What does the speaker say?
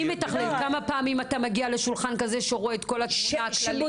כמה פעמים אתה מגיע לשולחן כזה שרואה את כל הדברים?